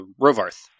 Rovarth